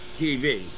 TV